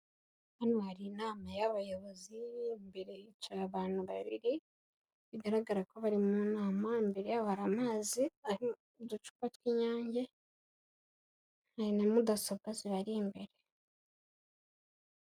Hano hari inama y'abayobozi, imbere hicaye abantu babiri, bigaragara ko bari mu nama, imbere yabo hari amazi ari mu ducupa tw'Inyange na mudasobwa zibari imbere.